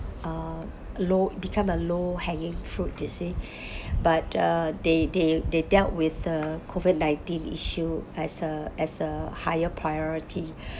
uh low become a low hanging fruit you see but uh they they they dealt with uh COVID nineteen issue as a as a higher priority